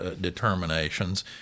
determinations